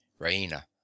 raina